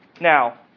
Now